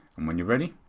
and when you are ready,